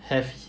have